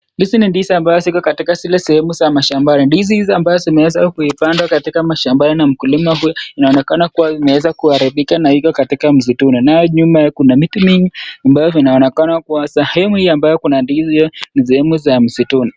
Hizi ni ndizi ambazo ziko katika zile sehemu za mashambani ndizi hizi ambazo zimeweza kupandwa katika mashamba haya na mkulima huyu inaonekana kuwa zimeweza kuharibika na iko katika mzituni na hio nyuma kuna miti mingi ambayo vinaonekana kuwa sehemu hii ambayo kuna ndizi hio ni sehemu za msituni.